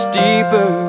deeper